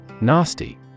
Nasty